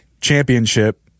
championship